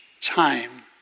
time